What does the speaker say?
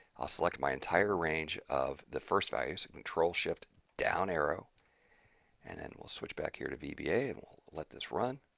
i'll select my entire range of the first value so ctrl shift down arrow and then we'll switch back here to vba and we'll let this run.